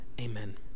Amen